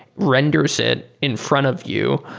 renders it in front of you.